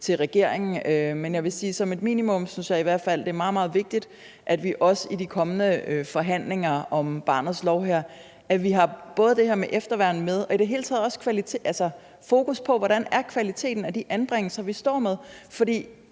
til regeringen. Men jeg vil sige, at som et minimum synes jeg i hvert fald, det er meget, meget vigtigt, at vi også i de kommende forhandlinger om barnets lov har både det her med efterværn og i det hele taget også kvalitet med – altså fokus på, hvordan kvaliteten af de ændringer, vi står med, er.